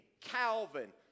Calvin